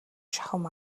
шахам